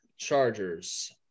chargers